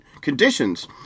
conditions